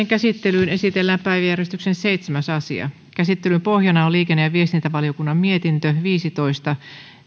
käsittelyyn esitellään päiväjärjestyksen seitsemäs asia käsittelyn pohjana on liikenne ja viestintävaliokunnan mietintö viisitoista